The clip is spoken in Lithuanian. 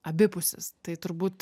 abipusis tai turbūt